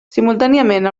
simultàniament